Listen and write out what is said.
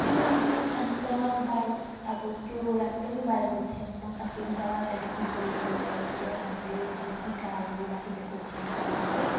त्यो दिन अन्त बाह्र अब त्यो रात पनि बाह्र बजीसम्म सकिन्छ त्यहाँदेखि भोलिपल्ट जो हामीले जो टिकाहरू राखिदिएको हुन्छौँ दादाहरूलाई